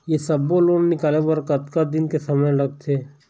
ये सब्बो लोन निकाले बर कतका दिन के समय लगथे?